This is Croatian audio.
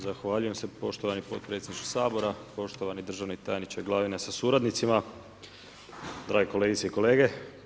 Zahvaljujem se poštovani potpredsjedniče Sabora, poštovani državni tajniče Glavina sa suradnicima, drage kolegice i kolege.